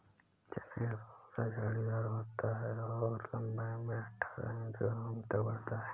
चने का पौधा झाड़ीदार होता है और लंबाई में अठारह इंच तक बढ़ता है